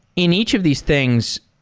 in each of these things,